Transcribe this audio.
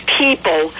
people